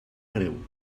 greu